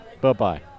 Bye-bye